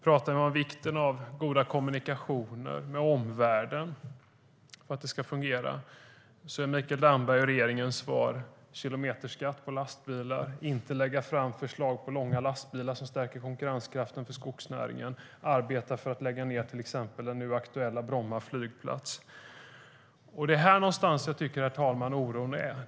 Pratar vi om vikten av goda kommunikationer med omvärlden för att det ska fungera är Mikael Dambergs och regeringens svar att införa kilometerskatt på lastbilar, inte lägga fram förslag om långa lastbilar, som stärker konkurrenskraften för skogsnäringen, och att arbeta för att lägga ned till exempel Bromma flygplats, som nu är aktuell. Herr talman! Det är här någonstans som jag tycker att oron är.